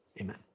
Amen